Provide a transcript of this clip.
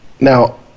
Now